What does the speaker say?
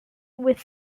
with